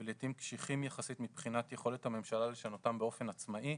ולעיתים קשיחים יחסית מבחינת יכולת הממשלה לשנותם באופן עצמאי,